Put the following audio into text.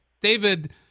david